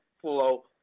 flow